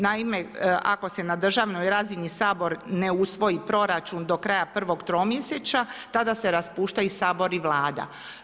Naime, ako se na državnoj razini Sabor ne usvoji proračun do kraja prvog tromjesečja tada se raspušta i Sabor i Vlada.